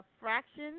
fraction